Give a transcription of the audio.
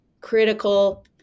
critical